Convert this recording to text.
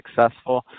successful